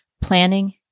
planning